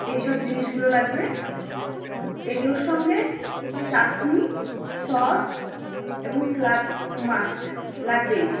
এই সব জিনিসগুলো লাগবে এগুলোর সঙ্গে চাটনি সস এবং স্যালাড মাস্ট লাগবেই